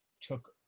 took